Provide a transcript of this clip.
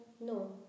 no